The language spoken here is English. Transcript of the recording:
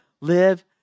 Live